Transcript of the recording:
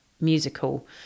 musical